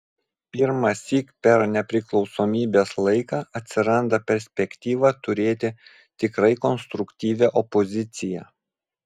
pirmąsyk per nepriklausomybės laiką atsiranda perspektyva turėti tikrai konstruktyvią opoziciją